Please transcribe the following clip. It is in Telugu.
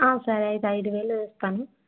సరే అయితే ఐదు వేలు వేస్తాను